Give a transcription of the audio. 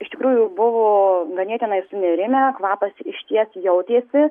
iš tikrųjų buvo ganėtinai sunerimę kvapas išties jautėsi